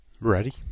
ready